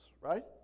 right